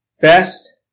best